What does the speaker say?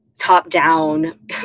top-down